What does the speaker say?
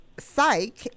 Psych